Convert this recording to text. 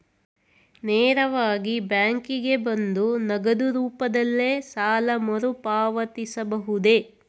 ನೇರವಾಗಿ ಬ್ಯಾಂಕಿಗೆ ಬಂದು ನಗದು ರೂಪದಲ್ಲೇ ಸಾಲ ಮರುಪಾವತಿಸಬಹುದೇ?